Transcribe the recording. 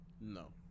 No